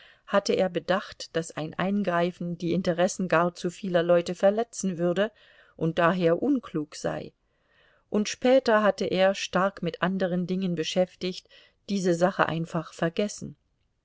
hatte er bedacht daß ein eingreifen die interessen gar zu vieler leute verletzen würde und daher unklug sei und später hatte er stark mit anderen dingen beschäftigt diese sache einfach vergessen